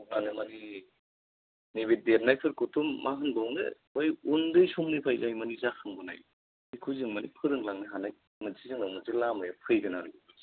मानो मानि नैबे देरनायफोरखौथ' मा होनबावनो बै उन्दै समनिफ्राय जाय मानि जाखांबोनाय बेखो जों मानि फोरोंलांनो हानाय मोनसे जोंनाव मोनसे लामाया फैगोन आरो